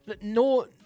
no